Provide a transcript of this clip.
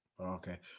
Okay